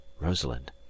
Rosalind